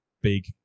Big